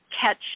catch